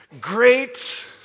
Great